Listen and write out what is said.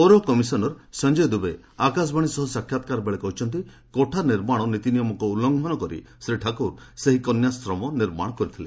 ପୌର କମିଶନର୍ ସଞ୍ଜୟ ଦୁବେ ଆକାଶବାଣୀ ସହ ସାକ୍ଷାତ୍କାରବେଳେ କହିଛନ୍ତି କୋଠା ନିର୍ମାଣ ନୀତିନିୟମକୁ ଲଙ୍ଘନ କରି ଶ୍ରୀ ଠାକୁର ସେହି କନ୍ୟାଶ୍ରମ ନିର୍ମାଣ କରିଥିଲେ